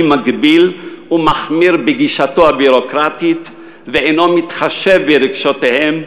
מגביל ומחמיר בגישתו הביורוקרטית שאינו מתחשב ברגשותיהם,